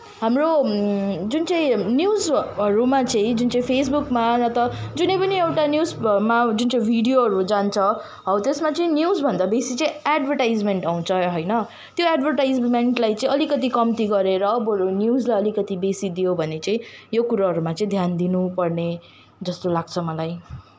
हाम्रो जुन चाहिँ न्युजहरूमा चाहिँ जुन चाहिँ फेसबुकमा न त जुनै पनि एउटा न्युजमा जुन चाहिँ भिडियोहरू जान्छ हो त्यसमा चाहिँ न्युजभन्दा चाहिँ बेसी चाहिँ एड्भर्टाइज्मेन्ट आउँछ होइन त्यो एड्भर्टाइज्मेन्टलाई चाहिँ अलिकति कम्ती गरेर बरु न्युजलाई अलिकति बेसी दियो भने चाहिँ यो कुरोहरूमा चाहिँ ध्यान दिनु पर्ने जस्तो लाग्छ मलाई